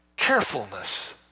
carefulness